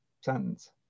sentence